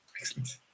Excellent